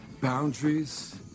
Boundaries